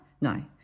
no